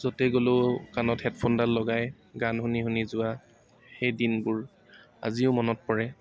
য'তে গ'লেও কাণত হেডফোনডাল লগাই গান শুনি শুনি যোৱা সেই দিনবোৰ আজিও মনত পৰে